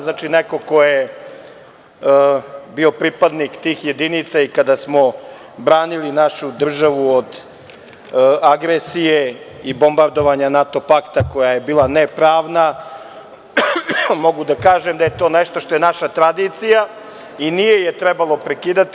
Znači, neko ko je bio pripadnik tih jedinica i kada smo branili našu državu od agresije i bombardovanja NATO pakta, koja je bila ne pravna, mogu da kažem da je to nešto što je naša tradicija i nije je trebalo prekidati.